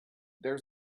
there